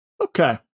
Okay